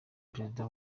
perezida